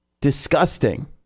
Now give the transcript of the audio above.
disgusting